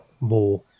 more